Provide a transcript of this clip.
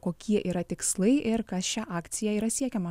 kokie yra tikslai ir kas šia akcija yra siekiama